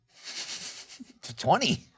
20